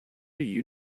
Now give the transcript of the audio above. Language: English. you